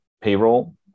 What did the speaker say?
payroll